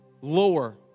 lower